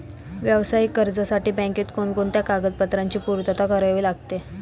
व्यावसायिक कर्जासाठी बँकेत कोणकोणत्या कागदपत्रांची पूर्तता करावी लागते?